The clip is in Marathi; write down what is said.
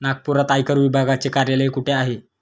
नागपुरात आयकर विभागाचे कार्यालय कुठे आहे?